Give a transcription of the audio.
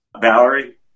Valerie